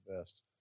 best